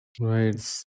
Right